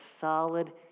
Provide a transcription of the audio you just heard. solid